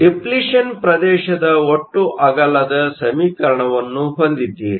depletion ಪ್ರದೇಶದ ಒಟ್ಟು ಅಗಲದ ಸಮೀಕರಣವನ್ನು ಹೊಂದಿದ್ದೀರಿ